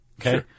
Okay